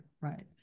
right